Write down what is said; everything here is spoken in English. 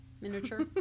Miniature